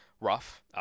rough